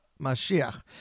Mashiach